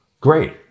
great